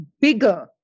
bigger